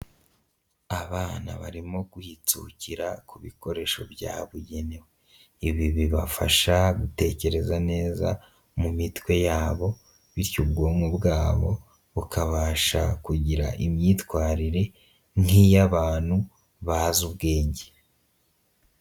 Abana barimo guhitsukira ku bikoresho byabugenewe, ibi bibafasha gutekereza neza mu mitwe yabo bityo ubwonko bwabo bukabasha kugira imyitwarire nk'iy'abantu bazi ubwenge.